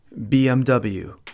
BMW